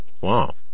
Wow